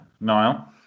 Niall